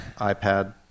iPad